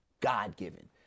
God-given